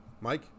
Mike